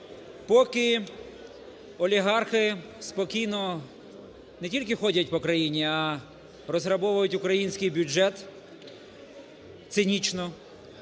поки олігархи спокійно не тільки ходять по країні, а розграбовують український бюджет цинічно,